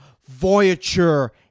voyager